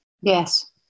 Yes